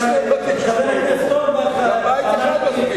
לא צריך שני בתים, גם בית אחד מספיק.